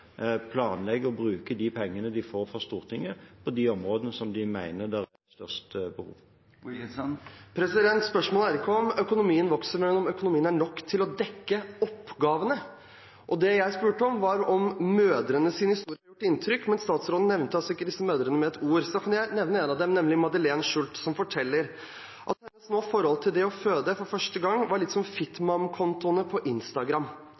bruke de pengene de får fra Stortinget, på de områdene der de mener det er størst behov. Spørsmålet er ikke om økonomien vokser, men om økonomien er nok til å dekke oppgavene. Det jeg spurte om, var om mødrenes historier har gjort inntrykk, men statsråden nevnte ikke disse mødrene med et ord. Da kan jeg nevne en av dem, nemlig Madeleine Schultz, som forteller at hennes forhold til det å føde for første gang var litt som ««fit-mom»-kontoene på instagram»: